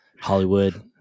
Hollywood